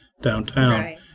downtown